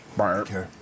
Okay